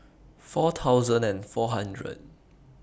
four thousand and four hundred